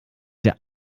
der